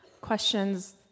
questions